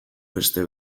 beste